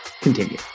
continue